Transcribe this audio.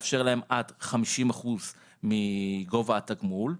לאפשר להם עד 50% מגובה התגמול,